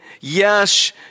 yes